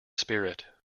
spirit